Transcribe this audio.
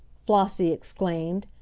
flossie exclaimed,